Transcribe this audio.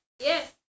Yes